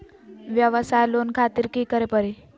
वयवसाय लोन खातिर की करे परी?